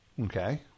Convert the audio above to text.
Okay